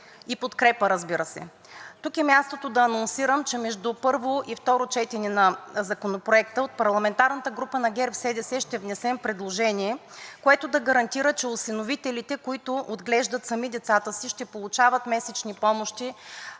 и подкрепа, разбира се. Тук е мястото да анонсирам, че между първо и второ четене на Законопроекта от парламентарната група на ГЕРБ-СДС ще внесем предложение, което да гарантира, че осиновителите, които отглеждат сами децата си, ще получават месечни помощи